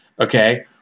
Okay